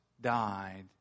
died